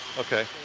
okay.